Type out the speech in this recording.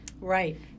right